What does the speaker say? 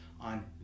on